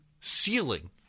ceiling